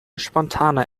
spontane